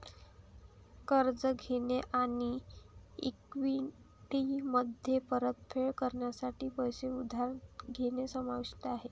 कर्ज घेणे आणि इक्विटीमध्ये परतफेड करण्यासाठी पैसे उधार घेणे समाविष्ट आहे